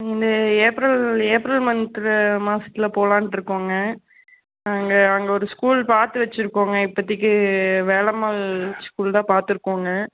இந்த April April month மாதத்துல போகலாண்ட்ருக்கோங்க நாங்கள் அங்கே ஒரு ஸ்கூல் பார்த்து வச்சுருக்கோங்க இப்போத்திக்கி வேலம்மாள் ஸ்கூல் தான் பார்த்துருக்கோங்க